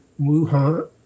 Wuhan